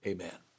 Amen